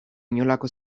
inolako